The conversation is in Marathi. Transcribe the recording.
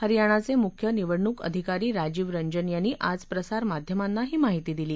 हरियानाचे मुख्य निवडणूक अधिकारी राजीव रंजन यांनी आज प्रसारमाध्यमांना ही माहिती दिली